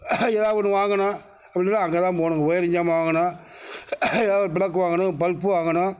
எதாவது ஒன்று வாங்கணும் அப்படின்னா அங்கேதான் போகணுங்க ஒயரிங் சாமான் வாங்கணும் எதாவது ஒரு ப்ளக் வாங்கணும் பல்ப்பு வாங்கணும்